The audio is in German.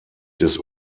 des